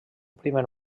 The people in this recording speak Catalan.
primer